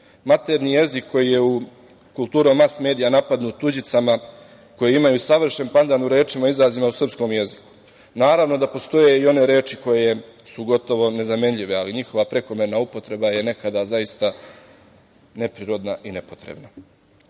maternji jezik koji je u kulturom mas-medija napadnut tuđicama koje imaju savršen pandan u rečima i izrazima u srpskom jeziku. Naravno da postoje i one reči koje su gotovo nezamenjive, ali njihova prekomerna upotreba je nekada zaista neprirodna i nepotrebna. Kada